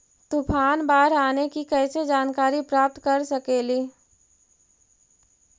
तूफान, बाढ़ आने की कैसे जानकारी प्राप्त कर सकेली?